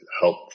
help